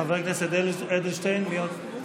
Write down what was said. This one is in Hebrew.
חבר הכנסת אדלשטיין, מי עוד?